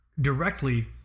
directly